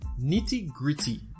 nitty-gritty